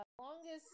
Longest